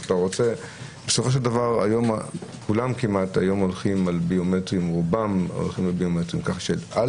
כולם כמעט היום הולכים על ביוטמטריים כך שאל